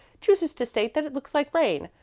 chooses to state that it looks like rain,